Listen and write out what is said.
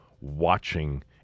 watching